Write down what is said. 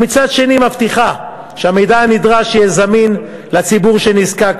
ומצד שני מבטיחה שהמידע הנדרש יהיה זמין לציבור שנזקק